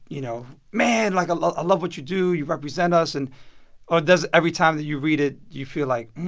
you know, man, like, i ah ah love what you do. you represent us and or does every time that you read it you feel like,